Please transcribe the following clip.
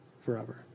forever